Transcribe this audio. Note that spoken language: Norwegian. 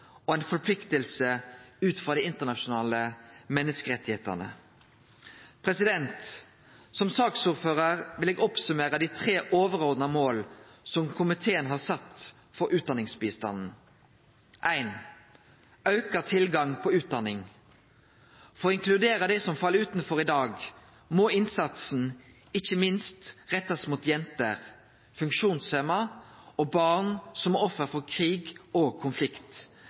og ei forplikting ut frå dei internasjonale menneskerettane. Som saksordførar vil eg summere opp dei tre overordna måla som komiteen har sett for utdanningsbistanden. 1. Auka tilgang på utdanning. For å inkludere det som fell utanfor i dag, må innsatsen ikkje minst rettast mot jenter, funksjonshemma og barn som er offer for krig og konflikt.